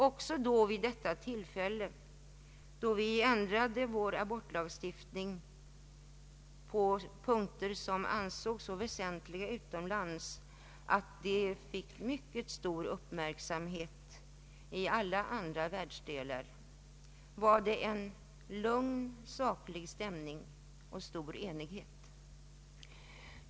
Också vid det tillfället då vi ändrade vår abortlagstiftning på punkter som ansågs så väsentliga utomlands att de fick mycket stor publicitet även i andra världsdelar, så fattades beslutet i en lugn, saklig stämning och med stor enighet.